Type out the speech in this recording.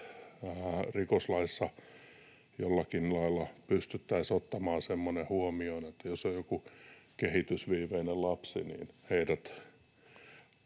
lailla pystyttäisiin ottamaan semmoinen huomioon, että jos on joku kehitysviiveinen lapsi, niin heidät